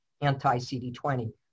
anti-CD20